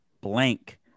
blank